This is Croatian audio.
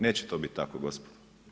Neće to biti tako gospodo.